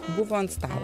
buvo ant stalo